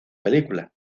película